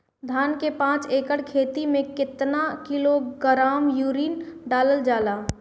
धान के पाँच एकड़ खेती में केतना किलोग्राम यूरिया डालल जाला?